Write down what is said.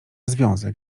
związek